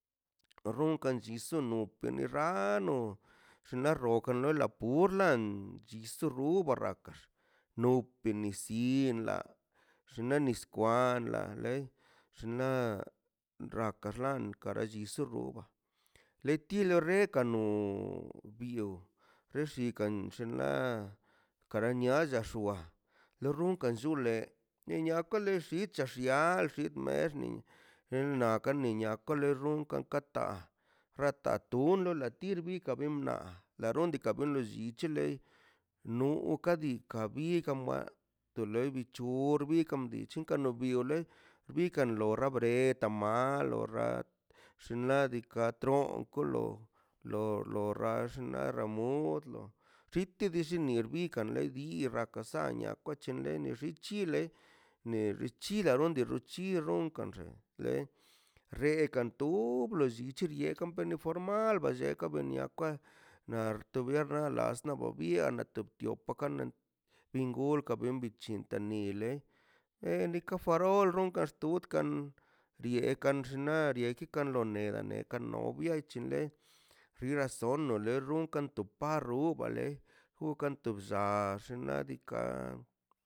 Runkan llinsu no optene rano xinla rokan na purlan chi su burba raka no pilincila xina niskwa la lei raka lanla le ti no rekano bio dixinkan xinla kara niaka llua lo rukan llule ne niakala lliche xia llile en niaka loliakan te runkan kata rota tunlə latin bika benla la binlaka rungake richi no ka bikan bilk omlea tole bichu rb bichen lin kachun rukan lo la bred tamal lo rad xinladika tronkolo lo lo ranllna a ramudlo llitini ne birgan leidi raka sannia kwa lene richi le lon richila anon richila chin runkan llen lee renkan tu bleka llejan bene formal tekan wineakan na tubeal raskan oga biana la tio top pokanen tim gulkan llin tanile e nka farol runkan tudkan riekan llinar jikan lo neda binkan tia chinle rian sonle le run kan tu parrubale upan tu bllall- le